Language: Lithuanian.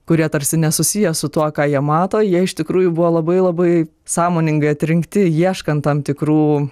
kurie tarsi nesusiję su tuo ką jie mato jie iš tikrųjų buvo labai labai sąmoningai atrinkti ieškant tam tikrų